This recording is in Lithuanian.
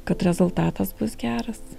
kad rezultatas bus geras